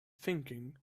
thinking